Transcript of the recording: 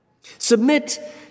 Submit